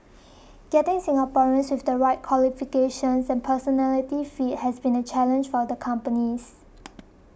getting Singaporeans with the right qualifications and personality fit has been a challenge for the companies